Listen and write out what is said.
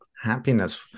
happiness